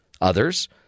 others